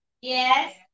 Yes